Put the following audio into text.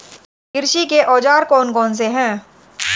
कृषि के औजार कौन कौन से हैं?